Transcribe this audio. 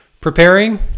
preparing